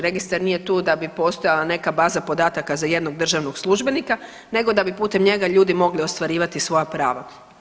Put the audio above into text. Registar nije tu da bi postojala neka baza podataka za jednog državnog službenika nego da bi putem njega ljudi mogli ostvarivati svoja prava.